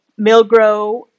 Milgro